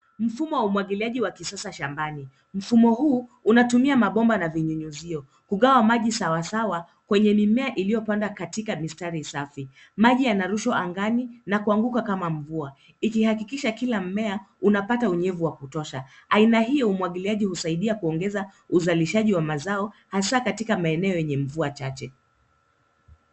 Mfumo wa umwagiliaji wa kisasa shambani. Mfumo huu unatumia mabomba na vinyunyizio kugawa maji sawasawa kwenye mimea iliyopanda katika mistari safi. Maji yanarushwa angani na kuanguka kama mvua ikihakikisha kila mmea unapata unyevu wa kutosha. Aina hii ya umwagiliaji husaidia kuongeza uzalishaji wa mazao hasa katika maeneo yenye mvua chache.